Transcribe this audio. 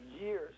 years